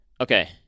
Okay